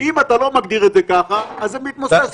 אם אתה לא מגדיר את זה ככה אז זה מתמוסס לך.